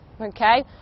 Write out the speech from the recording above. okay